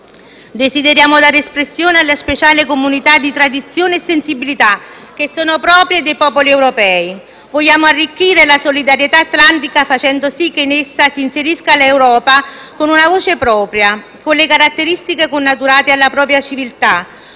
Desideriamo dare espressione alla speciale comunità di tradizioni e sensibilità che sono proprie dei popoli europei. Vogliamo arricchire la solidarietà atlantica facendo sì che in essa si inserisca l'Europa con una voce propria, con le caratteristiche connaturate alla propria civiltà,